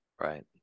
Right